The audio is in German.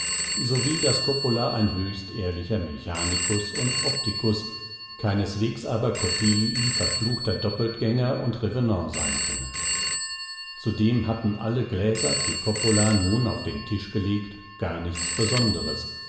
sowie daß coppola ein höchst ehrlicher mechanikus und optikus keineswegs aber coppelii verfluchter doppeltgänger und revenant sein könne zudem hatten alle gläser die coppola nun auf den tisch gelegt gar nichts besonderes